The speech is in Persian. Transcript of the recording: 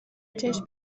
چشم